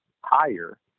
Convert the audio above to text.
higher